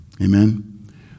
Amen